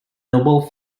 noble